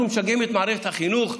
אנחנו משגעים את מערכת החינוך: